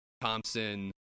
Thompson